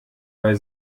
weil